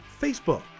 Facebook